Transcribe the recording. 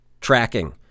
Tracking